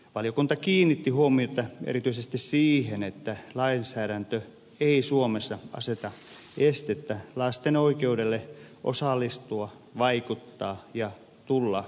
valiokunta kiinnitti huomiota erityisesti siihen että lainsäädäntö ei suomessa aseta estettä lasten oikeudelle osallistua vaikuttaa ja tulla kuulluksi